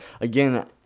again